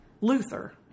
Luther